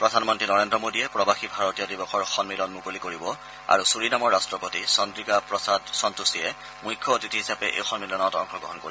প্ৰধানমন্তী নৰেন্দ্ৰ মোডীয়ে প্ৰবাসী ভাৰতীয় দিৱসৰ সম্মিলন মুকলি কৰিব আৰু চুৰিনামৰ ৰাষ্টপতি চদ্ৰিকা প্ৰসাদ সন্তোষীয়ে মুখ্য অতিথি হিচাপে এই সন্মিলনত অংশগ্ৰহণ কৰিব